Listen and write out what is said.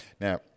Now